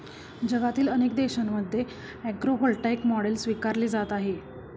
जगातील अनेक देशांमध्ये ॲग्रीव्होल्टाईक मॉडेल स्वीकारली जात आहे